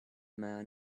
man